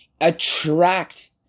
attract